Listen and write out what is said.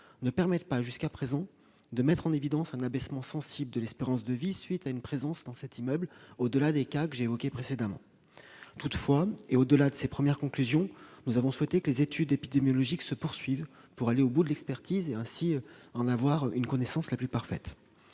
ne permettent pas, jusqu'à présent, de mettre en évidence un abaissement sensible de l'espérance de vie lié à une présence dans cet immeuble, en dehors des cas que j'ai évoqués précédemment. Toutefois, au-delà de ces premières conclusions, nous avons souhaité que les études épidémiologiques se poursuivent pour aller au bout de l'expertise et avoir la connaissance la plus parfaite